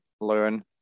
learn